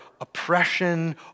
oppression